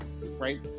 Right